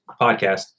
podcast